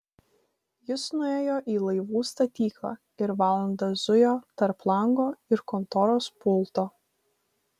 jis nuėjo į laivų statyklą ir valandą zujo tarp lango ir kontoros pulto